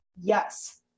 Yes